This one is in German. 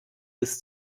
ist